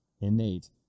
innate